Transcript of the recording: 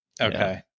Okay